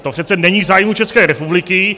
To přece není v zájmu České republiky.